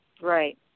Right